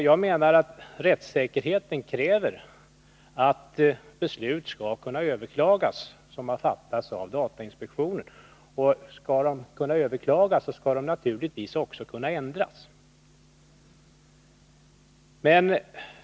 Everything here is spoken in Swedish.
Jag menar att rättssäkerheten kräver att beslut som har fattats av datainspektionen skall kunna överklagas. Om besluten skall kunna överklagas, skall de naturligtvis också kunna ändras.